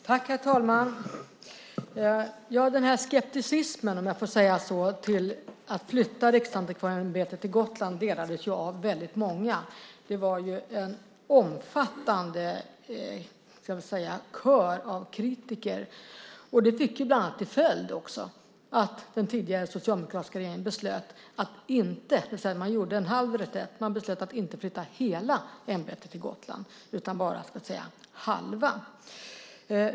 Herr talman! Denna skepticism, om jag får säga så, när det gällde att flytta Riksantikvarieämbetet till Gotland delades av väldigt många. Det var en omfattande kör av kritiker. Det fick bland annat till följd att den tidigare socialdemokratiska regeringen gjorde en halv reträtt, och man beslöt att inte flytta hela Riksantikvarieämbetet till Gotland utan bara halva.